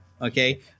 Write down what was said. Okay